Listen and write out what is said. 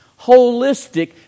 Holistic